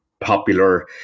popular